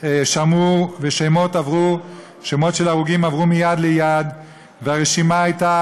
שמעו ושמות של הרוגים עברו מיד ליד והרשימה הייתה,